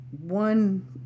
one